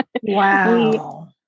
Wow